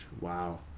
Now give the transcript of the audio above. Wow